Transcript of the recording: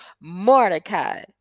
Mordecai